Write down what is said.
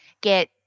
get